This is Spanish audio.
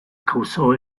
causó